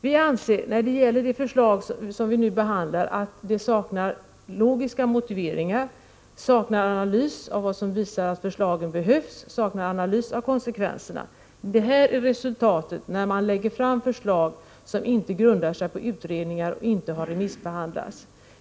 Vi anser att de förslag vi nu behandlar saknar logiska motiveringar, saknar analys av vad som visar att förslagen behövs, saknar analys av konsekvenserna. Detta är resultatet när man lägger fram förslag som inte grundar sig på utredningar och inte har remissbehandlats.